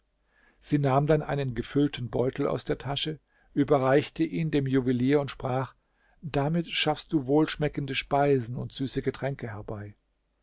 sie nahm dann einen gefüllten beutel aus der tasche überreichte ihn dem juwelier und sprach damit schaffst du wohlschmeckende speisen und süße getränke herbei